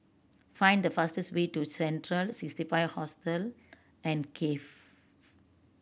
find the fastest way to Central Sixty Five Hostel and Cafe